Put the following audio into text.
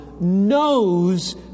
knows